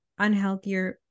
unhealthier